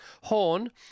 Horn